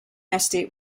estate